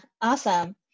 awesome